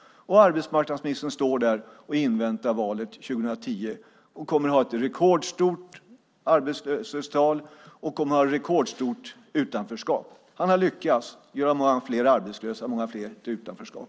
Arbetsmarknadsministern står där och inväntar valet 2010 och kommer att ha ett rekordstort arbetslöshetstal och ett rekordstort utanförskap. Han har lyckats göra många fler arbetslösa och få många fler i utanförskap.